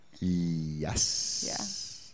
Yes